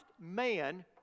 man